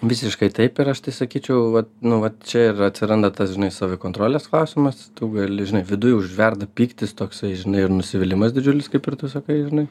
visiškai taip ir aš tai sakyčiau vat nu vat čia ir atsiranda tas žinai savikontrolės klausimas tu gali žinai viduj užverda pyktis toksai žinai ir nusivylimas didžiulis kaip ir tu sakai žinai